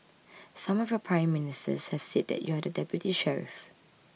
some of your Prime Ministers have said that you are the deputy sheriff